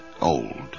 old